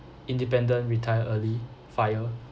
independent retire early FIRE